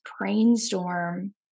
brainstorm